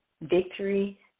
victory